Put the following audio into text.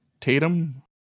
Tatum